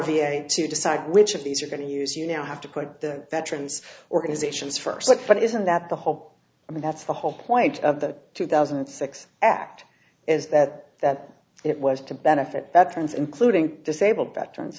a to decide which of these are going to use you now have to put the veterans organizations first but isn't that the whole i mean that's the whole point of the two thousand and six act is that that it was to benefit that turns including disabled veteran